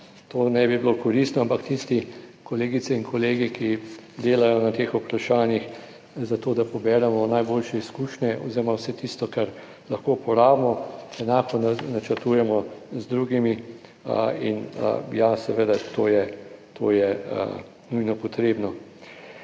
to ne bi bilo koristno, ampak tisti kolegice in kolegi, ki delajo na teh vprašanjih zato, da poberemo najboljše izkušnje oziroma vse tisto, kar lahko uporabimo, enako načrtujemo z drugimi in, ja, seveda, to je, to je nujno potrebno.